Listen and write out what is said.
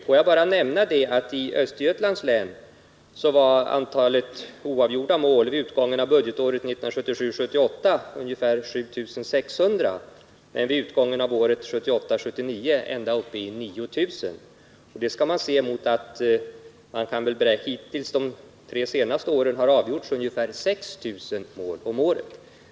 Låt mig bara nämna att i Östergötlands län var antalet oavgjorda mål vid utgången av budgetåret 1977 79 var antalet ända uppe i 9 000. De siffrorna skall man se mot bakgrund av att det under de tre senaste åren har avgjorts ungefär 6 000 mål om året.